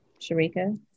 sharika